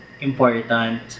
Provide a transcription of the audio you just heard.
important